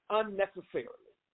unnecessarily